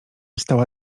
stała